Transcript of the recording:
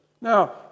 Now